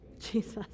Jesus